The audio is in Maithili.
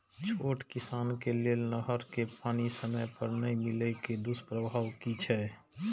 छोट किसान के लेल नहर के पानी समय पर नै मिले के दुष्प्रभाव कि छै?